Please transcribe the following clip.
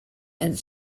and